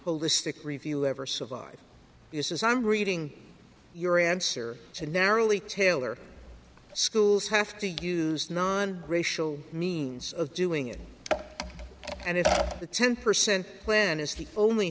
holistic review ever survive this is i'm reading your answer to narrowly tailor schools have to use non racial means of doing it and if the ten percent plan is the only